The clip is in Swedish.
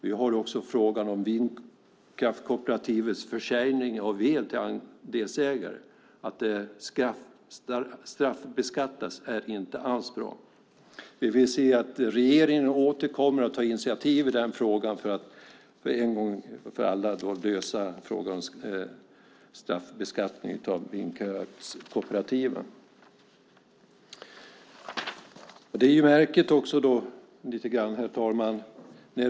Vi har också frågan om vindkraftskooperativens försäljning av el till andelsägare. Att det straffbeskattas är inte alls bra. Vi vill se att regeringen återkommer med initiativ för att en gång för alla lösa frågan om straffbeskattning av vindkraftskooperativen. Herr talman!